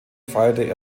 feierte